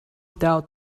doubt